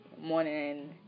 morning